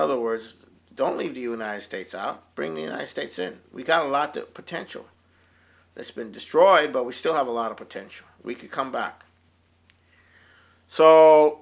other words don't leave the united states out bring the united states in we've got a lot of potential it's been destroyed but we still have a lot of potential we could come back so